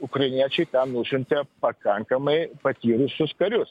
ukrainiečiai ten nusiuntė pakankamai patyrusius karius